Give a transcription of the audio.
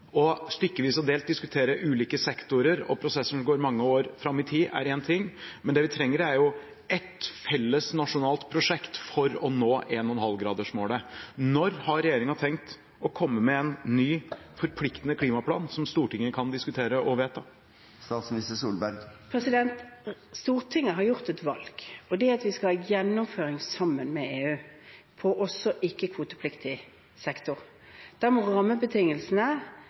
Stykkevis og delt å diskutere ulike sektorer og prosesser som går mange år fram i tid, er en ting, men det vi trenger, er et felles, nasjonalt prosjekt for å nå 1,5-gradersmålet. Når har regjeringen tenkt å komme med en ny, forpliktende klimaplan som Stortinget kan diskutere og vedta? Stortinget har gjort et valg, og det er at vi skal ha gjennomføring sammen med EU, også på ikke-kvotepliktig sektor. Da må rammebetingelsene